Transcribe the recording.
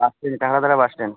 Taratala bus stand